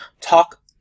Talk